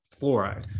fluoride